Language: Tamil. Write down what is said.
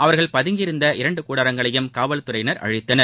அவர்கள் பதுங்கியிருந்த இரண்டு கூடாரங்களையும் காவல்துறையினர் அழித்தனர்